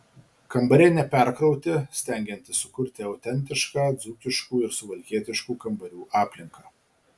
kambariai neperkrauti stengiantis sukurti autentišką dzūkiškų ir suvalkietiškų kambarių aplinką